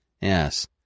Yes